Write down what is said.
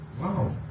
Wow